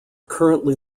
currently